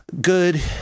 Good